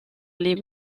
les